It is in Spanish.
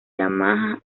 yamaha